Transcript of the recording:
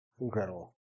incredible